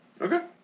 Okay